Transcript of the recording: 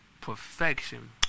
Perfection